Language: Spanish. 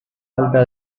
falta